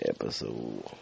episode